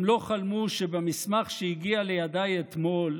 הם לא חלמו שבמסמך שהגיע לידי אתמול,